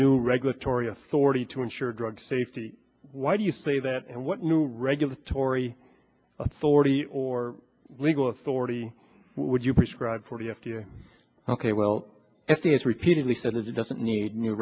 new regulatory authority to ensure drug safety why do you say that and what new regulatory authority or legal authority would you prescribe for you if you ok well if he has repeatedly said that it doesn't need new